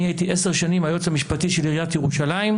הייתי עשר שנים היועץ המשפטי של עיריית ירושלים,